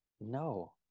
No